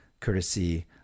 Courtesy